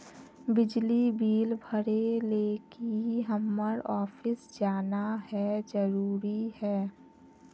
बिजली बिल भरे ले की हम्मर ऑफिस जाना है जरूरी है?